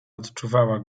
odczuwała